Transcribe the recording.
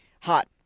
hot